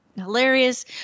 Hilarious